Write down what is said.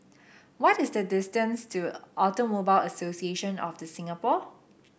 what is the distance to Automobile Association of The Singapore